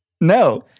No